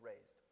raised